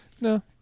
no